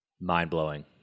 Mind-blowing